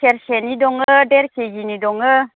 सेरसेनि दङो देर केजिनि दङो